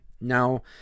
Now